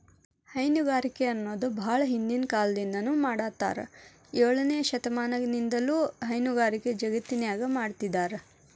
ಹೈನುಗಾರಿಕೆ ಅನ್ನೋದು ಬಾಳ ಹಿಂದಿನ ಕಾಲದಿಂದ ಮಾಡಾತ್ತಾರ ಏಳನೇ ಶತಮಾನದಾಗಿನಿಂದನೂ ಹೈನುಗಾರಿಕೆ ಜಗತ್ತಿನ್ಯಾಗ ಮಾಡ್ತಿದಾರ